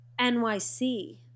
NYC